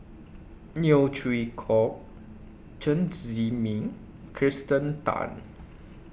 Neo Chwee Kok Chen Zhiming Kirsten Tan